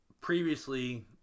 previously